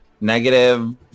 Negative